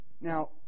Now